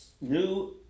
new